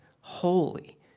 holy